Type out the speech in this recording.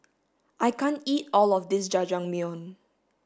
I can't eat all of this jajangmyeon